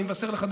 אני מבשר לך,